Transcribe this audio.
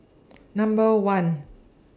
Number one